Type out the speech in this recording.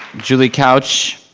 julie couch.